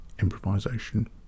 improvisation